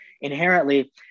inherently